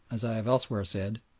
as i have elsewhere said,